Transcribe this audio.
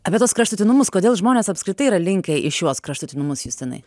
apie tuos kraštutinumus kodėl žmonės apskritai yra linkę į šiuos kraštutinumus justinai